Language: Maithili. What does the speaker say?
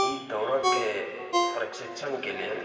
ई दौड़ैके प्रशिक्षणके लेल